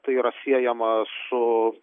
tai yra siejama su